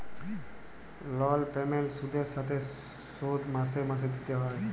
লল পেমেল্ট সুদের সাথে শোধ মাসে মাসে দিতে হ্যয়